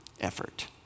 effort